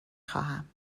خواهم